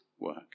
work